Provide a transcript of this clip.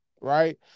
right